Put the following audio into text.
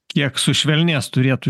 kiek sušvelnės turėtų